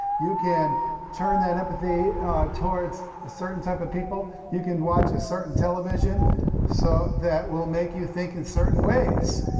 you can turn that empathy towards a certain type of people, you can watch a certain television so that will make you think in certain ways.